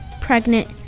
pregnant